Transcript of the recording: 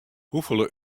hoefolle